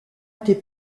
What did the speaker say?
été